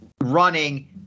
running